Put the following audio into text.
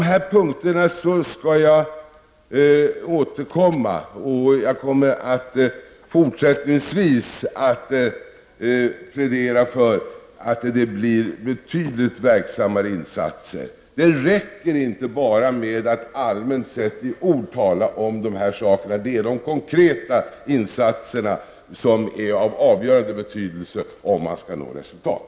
Jag skall återkomma på de här punkterna. Jag kommer fortsättningsvis att plädera för betydligt verksammare insatser. Det räcker inte med att allmänt sett bara i ord ta upp de här frågorna. Det är de konkreta insatserna som är av avgörande betydelse för att man skall nå resultat.